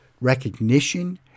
recognition